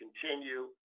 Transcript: continue